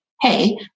hey